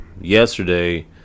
yesterday